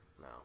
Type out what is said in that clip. no